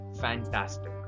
fantastic